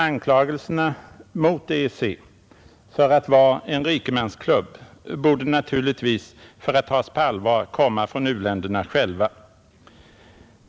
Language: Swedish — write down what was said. Anklagelserna mot EEC för att vara en rikemansklubb borde naturligtvis för att tas på allvar komma från u-länderna själva.